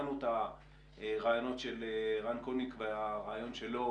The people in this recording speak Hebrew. שמענו את הרעיונות של רן קוניק והרעיון שלו